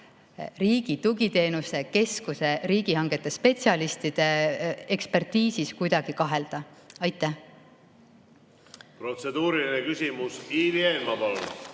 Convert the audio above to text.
Riigi Tugiteenuste Keskuse riigihangete spetsialistide ekspertiisis kuidagi kahelda. Aitäh!